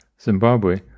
Zimbabwe